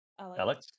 Alex